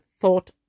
thought